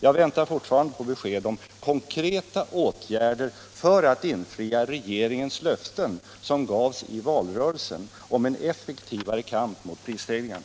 Jag väntar fortfarande på besked om konkreta åtgärder för att infria regeringens löften, som gavs i valrörelsen, om en effektivare kamp mot prisstegringarna.